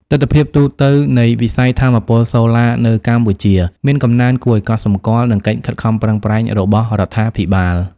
ទិដ្ឋភាពទូទៅនៃវិស័យថាមពលសូឡានៅកម្ពុជាមានកំណើនគួរឱ្យកត់សម្គាល់ និងកិច្ចខិតខំប្រឹងប្រែងរបស់រដ្ឋាភិបាល។